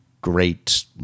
great